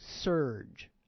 surge